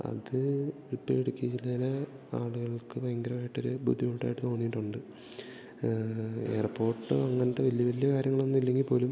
അത് ഇപ്പോൾ ഇടുക്കി ജില്ലയില് ആള്കൾക്ക് ഭയങ്കരായിട്ടൊര് ബുദ്ധിമുട്ടായിട്ട് തോന്നിയിട്ടുണ്ട് എയർപോട്ട് അങ്ങനത്തെ വലിയ വലിയ കാര്യങ്ങൾ ഒന്നും ഇല്ലെങ്കിൽ പോലും